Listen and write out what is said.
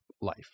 life